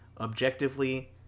Objectively